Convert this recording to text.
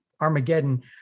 Armageddon